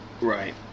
Right